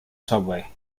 subway